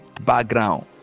background